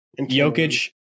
Jokic